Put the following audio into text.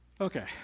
Okay